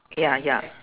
ya ya